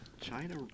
China